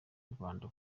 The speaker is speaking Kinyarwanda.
rwanda